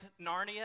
Narnia